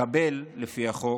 מחבל, לפי החוק,